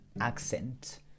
accent